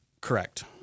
Correct